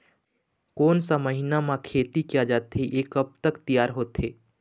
कोन सा महीना मा खेती किया जाथे ये कब तक तियार होथे?